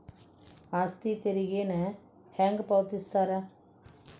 ಆಸ್ತಿ ತೆರಿಗೆನ ಹೆಂಗ ಪಾವತಿಸ್ತಾರಾ